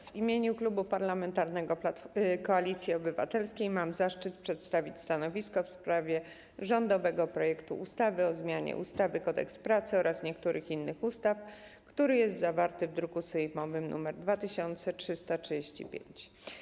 W imieniu Klubu Parlamentarnego Koalicja Obywatelska mam zaszczyt przedstawić stanowisko w sprawie rządowego projektu ustawy o zmianie ustawy - Kodeks pracy oraz niektórych innych ustaw, który jest zawarty w druku sejmowym nr 2335.